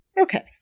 Okay